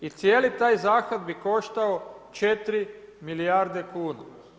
I cijeli taj zahvat bi koštao 4 milijardi kuna.